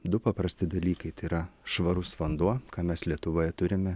du paprasti dalykai tai yra švarus vanduo ką mes lietuvoje turime